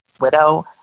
widow